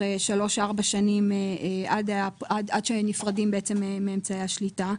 שלוש-ארבע שנים עד שנפרדים מאמצעי השליטה.